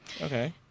Okay